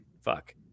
Fuck